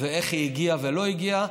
ואיך היא הגיעה ולא הגיעה.